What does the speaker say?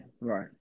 right